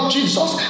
Jesus